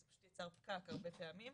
פשוט נוצר פקק הרבה דברים.